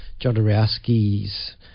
Jodorowsky's